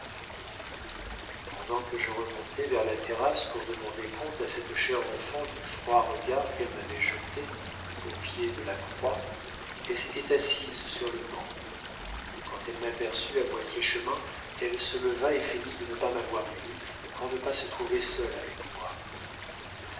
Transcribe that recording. pendant que je remontais vers la terrasse pour demander compte à cette chère enfant du froid regard qu'elle m'avait jeté au pied de la croix elle s'était assise sur le banc quand elle m'aperçut à moitié chemin elle se leva et feignit de ne pas m'avoir vu pour ne pas se trouver seule avec moi sa